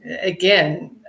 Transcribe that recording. again